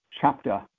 chapter